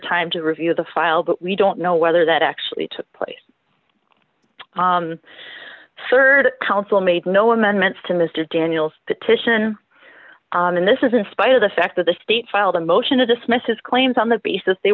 time to review the file but we don't know whether that actually took place sir the council made no amendments to mr daniels petition and this is in spite of the fact that the state filed a motion to dismiss his claims on the basis they